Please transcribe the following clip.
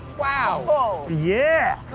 wow! yeah!